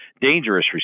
dangerous